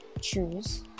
choose